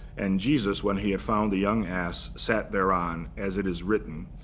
and jesus, when he had found the young ass, sat thereon, as it is written.